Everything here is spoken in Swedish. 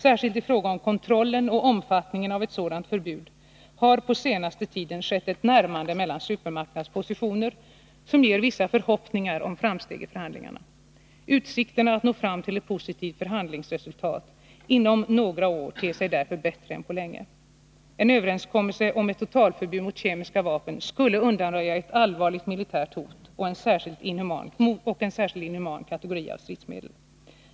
Särskilt i fråga om kontrollen och omfattningen av ett sådant förbud har på senaste tiden skett ett närmande mellan supermakternas positioner, som ger vissa förhoppningar om framsteg i förhandlingarna. Utsikterna att nå fram till ett positivt förhandlingsresultat inom några år ter sig därför bättre än på länge. En överenskommelse om ett totalförbud mot kemiska vapen skulle undanröja ett allvarligt militärt hot och en särskilt inhuman kategori av stridsmedel.